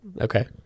okay